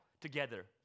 together